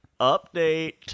Update